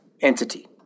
entity